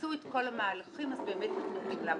כשמיצו את כל המהלכים אז באמת קיבלו גמלה בכסף.